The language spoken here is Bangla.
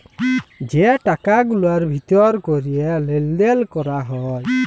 যে টাকা গুলার ভিতর ক্যরে লেলদেল ক্যরা হ্যয়